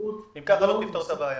לא תפתור את הבעיה.